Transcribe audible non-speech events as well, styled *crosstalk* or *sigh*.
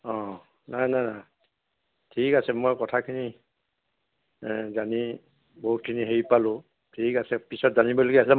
অঁ নাই নাই নাই ঠিক আছে মই কথাখিনি জানি বহুতখিনি হেৰি পালোঁ ঠিক আছে পিছত জানিবলগীয়া *unintelligible*